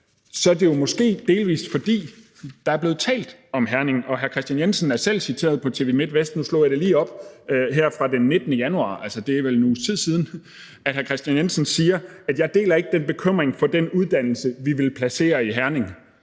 er det jo, måske delvis fordi der er blevet talt om Herning. Og hr. Kristian Jensen er selv citeret på TV Midtvest – nu slog jeg det lige op her – den 19. januar, altså det er vel en uges tid siden, for at sige: »Jeg deler ikke den bekymring for den uddannelse, vi vil placere i Herning«.